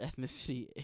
ethnicity